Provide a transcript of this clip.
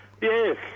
Yes